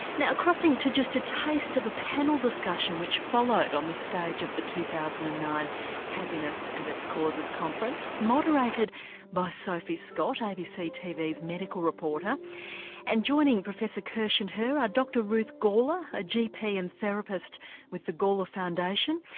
now crossing to just a taste of a panel discussion which followed on the stage of the two thousand and nine happiness and its causes conference. it's moderated by sophie scott, abc tvs medical reporter and joining professor kirsch and her are dr ruth gawler, a gp and therapist with the gawler foundation,